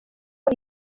iyi